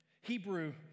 Hebrew